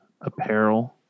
apparel